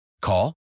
Call